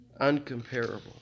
uncomparable